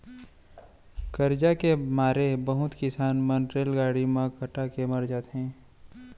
करजा के मारे बहुत किसान मन रेलगाड़ी म कटा के मर जाथें